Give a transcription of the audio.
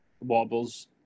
wobbles